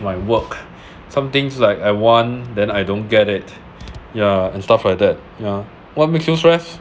my work some things like I want then I don't get it yeah and stuff like that yeah what makes you stress